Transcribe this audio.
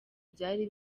byari